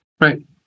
Right